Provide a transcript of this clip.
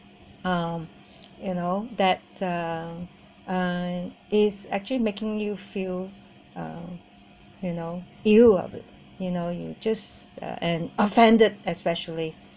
um you know that uh uh it is actually making you feel uh you know you uh you know you just uh and offended especially